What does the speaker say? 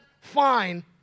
fine